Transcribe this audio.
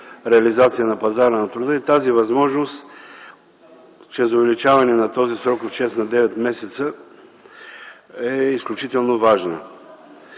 реализация на пазара на труда и тази възможност чрез увеличаване на този срок от 6 на 9 месеца е изключително важна.